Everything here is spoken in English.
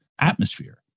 atmosphere